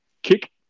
Kick